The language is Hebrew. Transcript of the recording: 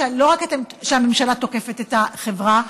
ולא רק שהממשלה תוקפת את החברה,